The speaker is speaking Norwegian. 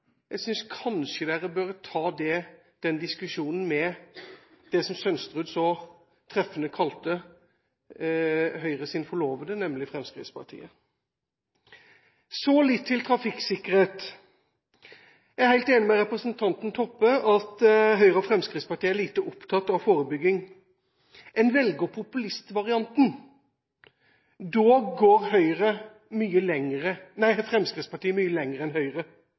Jeg synes kanskje dere burde ta den diskusjonen med det Sønsterud så treffende kalte Høyres forlovede, nemlig Fremskrittspartiet. Så litt om trafikksikkerhet. Jeg er helt enig med representanten Toppe i at Høyre og Fremskrittspartiet er lite opptatt av forebygging. En velger populistvarianten. Da går Fremskrittspartiet mye lenger enn Høyre. Men det er skremmende å se at man har så mye